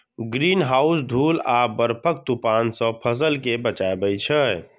greenhouse धूल आ बर्फक तूफान सं फसल कें बचबै छै